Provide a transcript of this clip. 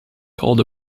called